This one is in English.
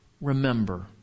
remember